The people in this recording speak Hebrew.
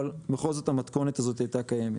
אבל בכל זאת המתכונת הזאת הייתה קיימת.